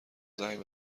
زنگ